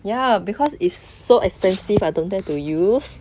ya because it's so expensive I don't dare to use